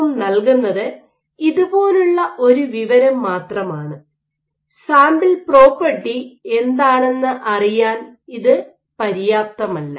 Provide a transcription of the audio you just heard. M നൽകുന്നത് ഇതുപോലുള്ള ഒരു വിവരം മാത്രമാണ് സാമ്പിൾ പ്രോപ്പർട്ടി എന്താണെന്ന് അറിയാൻ ഇത് പര്യാപ്തമല്ല